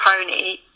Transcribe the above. pony